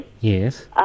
Yes